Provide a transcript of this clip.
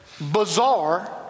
bizarre